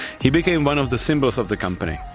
he became one of the symbols of the company.